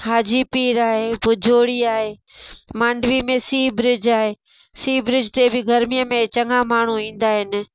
हाजी पीर आहे भुजोड़ी आहे मांडवी में सी ब्रिज आहे सी ब्रिज ते बि गर्मीअ में चङा माण्हू ईंदा आहिनि